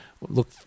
look